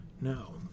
No